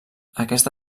aquesta